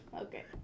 Okay